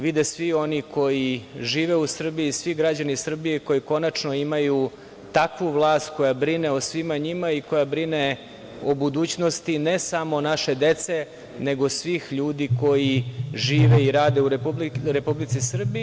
Vide svi oni koji žive u Srbiji, svi građani Srbije koji konačno imaju takvu vlast koja brine o svima njima i koja brine o budućnosti ne samo naše dece, nego svih ljudi koji žive i rade u Republici Srbiji.